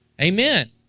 Amen